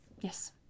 Yes